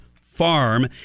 Farm